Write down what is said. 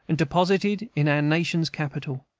and deposited in our nation's capital.